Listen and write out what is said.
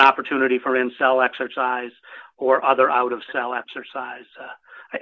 an opportunity for in cell exercise or other out of cell exercise